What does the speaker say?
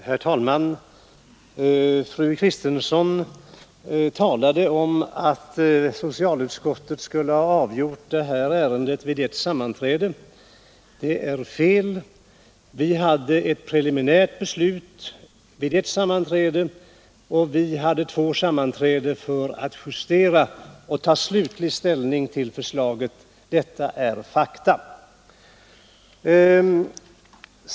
Herr talman! Fru Kristensson talade om att socialutskottet skulle ha avgjort detta ärende efter ett enda sammanträde. Det är fel. Vi fattade ett preliminärt beslut vid ett sammanträde, och vi höll sedan två sammanträden för att justera och ta slutlig ställning till förslaget. Detta är fakta.